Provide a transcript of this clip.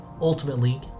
Ultimately